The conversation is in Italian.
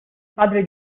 padre